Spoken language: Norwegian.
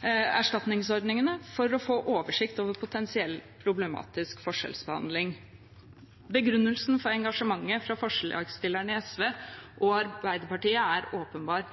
og erstatningsordningene for å få oversikt over potensielt problematisk forskjellsbehandling.» Begrunnelsen for engasjementet fra forslagsstillerne i SV og Arbeiderpartiet er åpenbar.